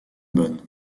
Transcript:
bonne